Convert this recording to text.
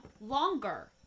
longer